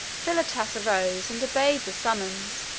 philotas arose, and obeyed the summons,